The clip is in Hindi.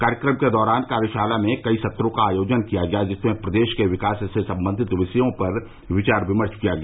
कार्यक्रम के दौरान कार्यशाला में कई सत्रों का आयोजन किया गया जिसमें प्रदेश के विकास से संबंधित विषयों पर विचार विमर्श किया गया